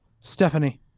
Stephanie